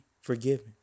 forgiven